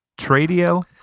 Tradio